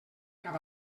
cap